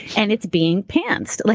and it's being pantsed. like